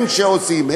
הם שעושים,